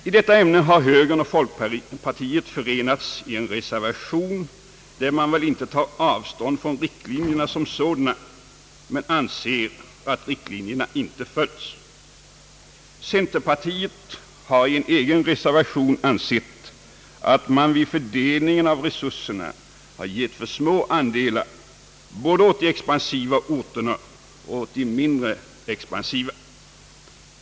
I detta ämne har högern och folkpartiet förenats i en reservation, där man väl inte tar avstånd från riktlinjerna som sådana men anser att riktlinjerna inte följts. Centerpartiet har i en egen reservation ansett att man vid fördelningen av resurserna har gett för små andelar både åt de expansiva orterna och åt de mindre expansiva.